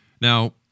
Now